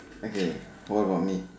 okay what about me